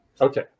Okay